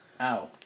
Ow